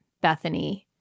Bethany